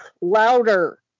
louder